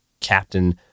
Captain